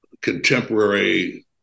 contemporary